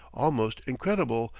almost incredible,